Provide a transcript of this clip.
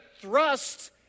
thrust